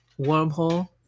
wormhole